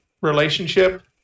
relationship